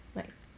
like